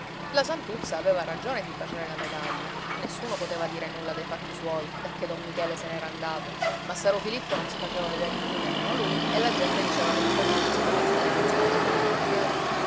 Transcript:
la santuzza aveva ragione di baciare la medaglia nessuno poteva dire nulla dei fatti suoi dacché don michele se n'era andato massaro filippo non si faceva veder più nemmeno lui e la gente diceva che colui non sapeva stare senza l'aiuto di don michele